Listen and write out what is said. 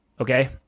okay